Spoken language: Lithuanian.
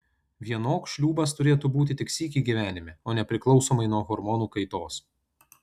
vienok šliūbas turėtų būti tik sykį gyvenime o ne priklausomai nuo hormonų kaitos